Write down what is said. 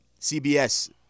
CBS